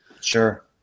Sure